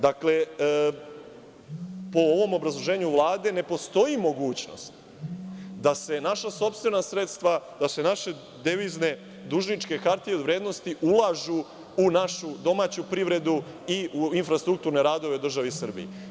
Dakle, po ovom obrazloženju Vlade, ne postoji mogućnost da se naša sopstvena sredstva, da se naše devizne dužničke hartije od vrednosti ulažu u našu domaću privredu i u infrastrukturne radove u državi Srbiji.